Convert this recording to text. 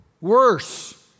worse